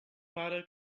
pare